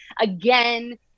again